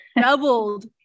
Doubled